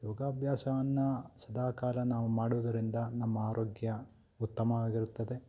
ಯೋಗಾಭ್ಯಾಸವನ್ನು ಸದಾ ಕಾಲ ನಾವು ಮಾಡುವುದರಿಂದ ನಮ್ಮ ಆರೋಗ್ಯ ಉತ್ತಮವಾಗಿರುತ್ತದೆ